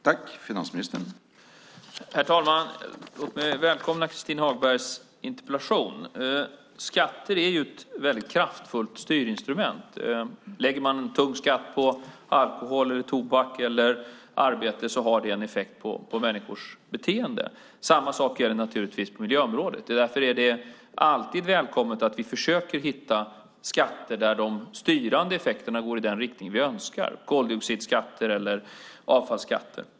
Herr talman! Låt mig välkomna Christin Hagbergs interpellation. Skatter är ett kraftfullt styrinstrument. Lägger man en tung skatt på alkohol, tobak eller arbete har det en effekt på människors beteende. Samma sak gäller naturligtvis på miljöområdet. Därför är det alltid välkommet att vi försöker hitta skatter där de styrande effekterna går i den riktning som vi önskar: koldioxidskatter eller avfallsskatter.